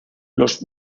los